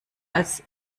als